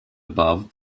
above